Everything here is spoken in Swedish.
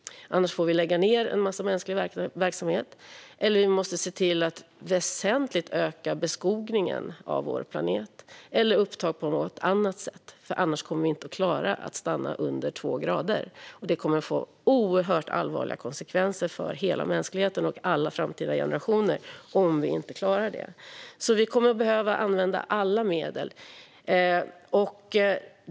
Annars får vi lägga ned en massa mänsklig verksamhet eller se till att väsentligt öka beskogningen av vår planet eller öka vårt upptag på något annat sätt. I annat fall kommer vi inte att klara att stanna under två grader, vilket skulle få oerhört allvarliga konsekvenser för hela mänskligheten och alla framtida generationer. Vi kommer att behöva använda alla medel.